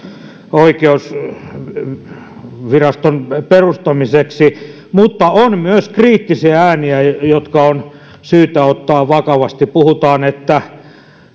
oikeusviraston perustamiseksi mutta on myös kriittisiä ääniä jotka on syytä ottaa vakavasti puhutaan että